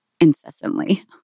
incessantly